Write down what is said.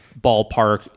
ballpark